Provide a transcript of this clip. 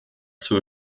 zur